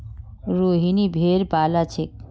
रोहिनी भेड़ पा ल छेक